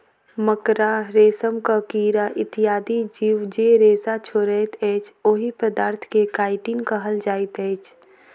मकड़ा, रेशमक कीड़ा इत्यादि जीव जे रेशा छोड़ैत अछि, ओहि पदार्थ के काइटिन कहल जाइत अछि